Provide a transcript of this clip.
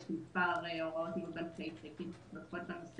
יש מספר הוראות וסעיפים בנושא.